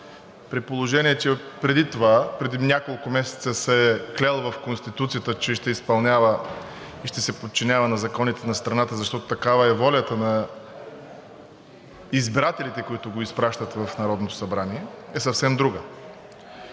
при положение че преди това, преди няколко месеца, се е клел в Конституцията, че ще изпълнява и ще се подчинява на законите на страната, защото такава е волята на избирателите, които го изпращат в Народното събрание, е съвсем друга.